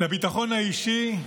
לביטחון האישי,